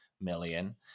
million